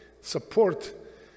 support